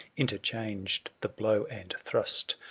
interchanged the blow and thrust.